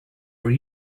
were